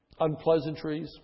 unpleasantries